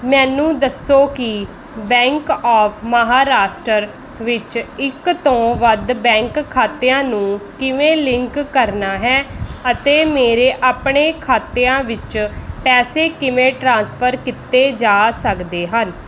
ਮੈਨੂੰ ਦੱਸੋ ਕਿ ਬੈਂਕ ਆਫ਼ ਮਹਾਰਾਸ਼ਟਰ ਵਿੱਚ ਇੱਕ ਤੋਂ ਵੱਧ ਬੈਂਕ ਖਾਤਿਆਂ ਨੂੰ ਕਿਵੇਂ ਲਿੰਕ ਕਰਨਾ ਹੈ ਅਤੇ ਮੇਰੇ ਆਪਣੇ ਖਾਤਿਆਂ ਵਿੱਚ ਪੈਸੇ ਕਿਵੇਂ ਟਰਾਂਸਫਰ ਕੀਤੇ ਜਾ ਸਕਦੇ ਹਨ